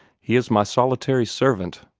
he is my solitary servant.